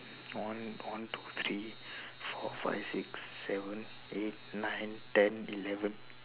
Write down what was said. one one two three four five six seven eight nine ten eleven